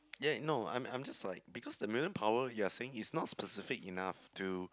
ya no I'm I'm just like because the mutant power you are saying is not specific enough to